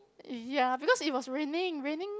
ya because it was raining raining